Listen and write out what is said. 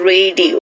Radio